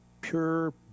pure